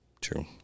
True